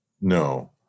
no